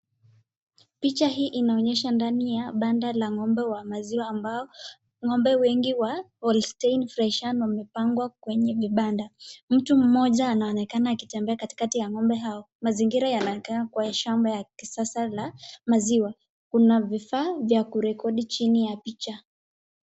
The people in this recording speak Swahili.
Picha hii inaonyesha ndani ya banda la ng'ombe wa maziwa ambao ng'ombe wengi wa holstein friesian wamepangwa kwenye vibanda. Mtu mmoja anaonekana akitembea katikati ya ng'ombe hao. Mazingira yanakaa kuwa ya shamba ya kisasa la maziwa. Kuna vifaa vya kurekodi chini ya picha.